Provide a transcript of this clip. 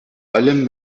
allem